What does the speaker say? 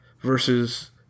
versus